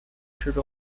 之中